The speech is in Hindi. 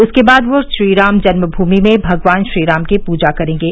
उसके बाद वे श्रीराम जन्म भूमि में भगवान श्रीराम की पूजा करेंगे